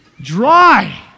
Dry